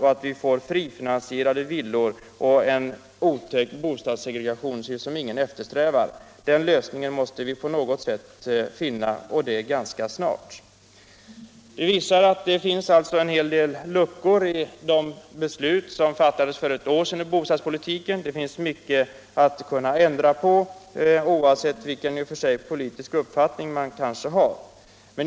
Då får vi frifinansierade villor och en otäck bostadssegregation som ingen eftersträvar. Lösningen på det här problemet måste vi på något sätt finna och det ganska snart. Det visar att det finns en hel del luckor i det beslut som fattades för ett år sedan i bostadspolitiken. Det finns mycket att ändra på oavsett vilken politisk uppfattning man har.